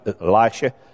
Elisha